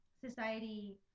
society